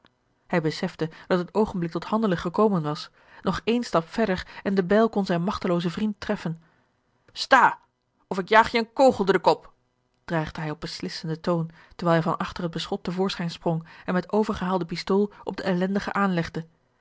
hij besefte dat het oogenblik tot handelen gekomen was nog één stap verder en de bijl kon zijn magteloozen vriend treffen sta of ik jaag je een kogel door den kop dreigde hij op beslissenden toon terwijl hij van achter het beschot te voorschijn sprong en met overgehaalde pistool op den ellendige aanlegde